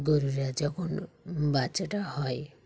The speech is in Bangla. গরুরা যখন বাচ্চাটা হয়